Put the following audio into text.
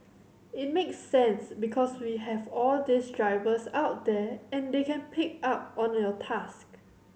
it makes sense because we have all these drivers out there and they can pick up on your task